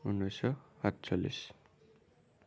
ঊনৈছশ সাতচল্লিছ